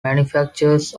manufacturers